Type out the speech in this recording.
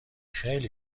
خیلی